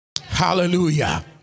Hallelujah